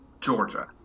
Georgia